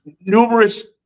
numerous